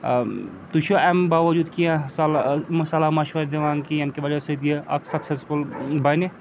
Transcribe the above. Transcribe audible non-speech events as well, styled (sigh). تُہۍ چھُو اَمہِ باوجوٗد کیٚنٛہہ صلح (unintelligible) صلح مَشوَر دِوان کہِ ییٚمہِ کہِ وجہ سۭتۍ یہِ اکھ سَکسٮ۪سفُل بَنہِ